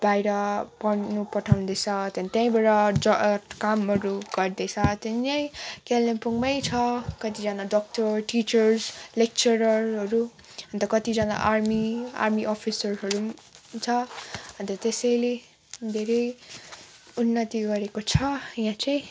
बाहिर पढ्नु पठाउँदैछ त्यहाँदेखिन् त्यहीँबाट कामहरू गर्दैछ त्यहाँदेखिन् यहीँ कालिम्पोङमै छ कतिजना डक्टर टिचर्स लेक्चररहरू अन्त कतिजना आर्मी आर्मी अफिसरहरू पनि छ अन्त त्यसैले धेरै उन्नति गरेको छ यहाँ चाहिँ